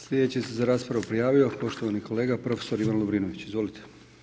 Slijedeći se za raspravu prijavu poštovani kolega profesor Ivan Lovrinović, izvolite.